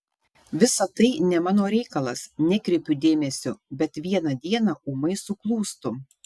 visa tai ne mano reikalas nekreipiu dėmesio bet vieną dieną ūmai suklūstu